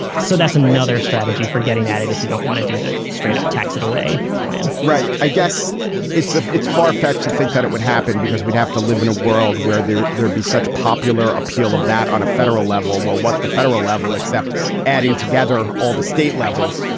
so that's another strategy for getting at it. if you don't want to do that straight up, tax it away plan right. i guess it's it's far fetched to think that it would happen because we'd have to live in a world where there there'd be such popular appeal of that on a federal level. well, what's the federal level except adding together all the state levels?